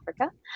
Africa